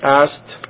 asked